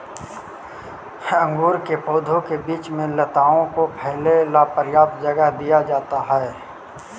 अंगूर के पौधों के बीच में लताओं को फैले ला पर्याप्त जगह दिया जाता है